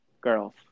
girls